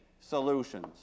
solutions